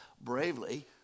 bravely